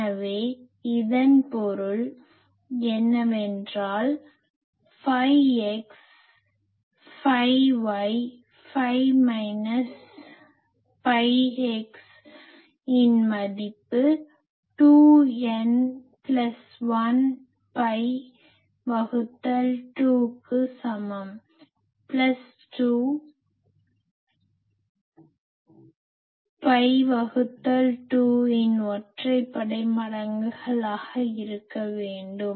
எனவே இதன் பொருள் என்னவென்றால் phi x phi y phi minus pi x இன் மதிப்பு 2 n பிளஸ் 1 பை வகுத்தல் 2 க்கு சமம் பிளஸ் 2 பை வகுத்தல் 2 இன் ஒற்றைப்படை மடங்குகளாக இருக்க வேண்டும்